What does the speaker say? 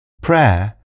Prayer